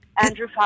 Andrew